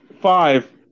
five